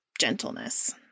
gentleness